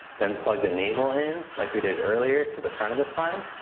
then plug the navel in like we did earlier to the front of the spine.